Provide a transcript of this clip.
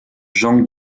jean